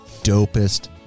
dopest